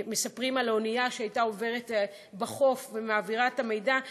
מספרים על האונייה שהייתה עוברת בחוף ומעבירה את המידע.